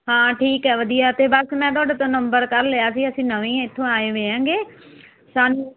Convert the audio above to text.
ਹਾਂ ਠੀਕ ਹੈ ਵਧੀਆ ਤੇ ਬਸ ਮੈਂ ਤੁਹਾਡੇ ਤੋਂ ਨੰਬਰ ਕੱਲ੍ਹ ਲਿਆ ਸੀ ਅਸੀਂ ਨਵੇਂ ਹੀ ਇੱਥੋਂ ਆਏ ਵੇ ਹੈਗੇ ਸਾਨੂੰ